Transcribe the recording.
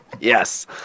Yes